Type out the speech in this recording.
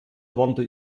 warnte